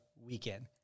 weekend